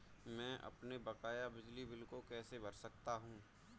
मैं अपने बकाया बिजली बिल को कैसे भर सकता हूँ?